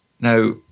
Now